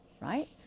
right